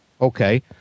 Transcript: Okay